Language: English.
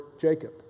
Jacob